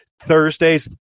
thursday's